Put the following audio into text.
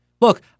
Look